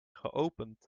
geopend